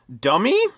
Dummy